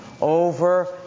over